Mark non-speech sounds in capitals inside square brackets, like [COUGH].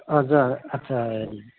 [UNINTELLIGIBLE] আচ্ছা হেৰি